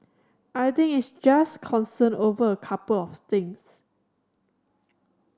I think it's just concern over a couple of things